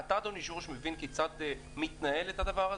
אתה, אדוני היושב-ראש, כיצד מתנהל הדבר הזה?